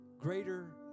greater